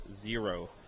zero